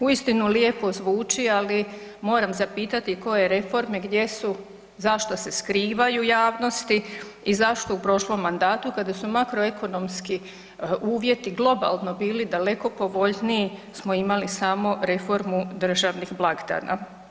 Uistinu lijepo zvuči, ali moram zapitati koje reforme, gdje su, zašto se skrivaju javnosti i zašto u prošlom mandatu kada su makroekonomski uvjeti globalno bili daleko povoljniji smo imali samo reformu državnih blagdana?